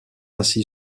ainsi